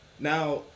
Now